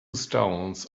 stones